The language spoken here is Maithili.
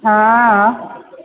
हँ